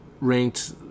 ranked